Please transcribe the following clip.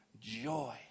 joy